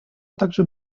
также